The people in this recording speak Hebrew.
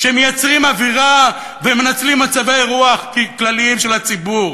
שמייצרים אווירה ומנצלים מצבי רוח כלליים של הציבור.